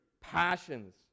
passions